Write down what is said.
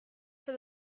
for